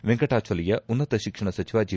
ವೆಂಕಟಚಾಲಯ್ಯ ಉನ್ನತ ಶಿಕ್ಷಣ ಸಚಿವ ಜಿ